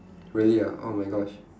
really ah oh my gosh